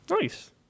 Nice